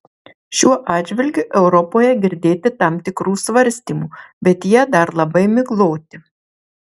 šiuo atžvilgiu europoje girdėti tam tikrų svarstymų bet jie dar labai migloti